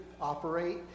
operate